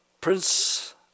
prince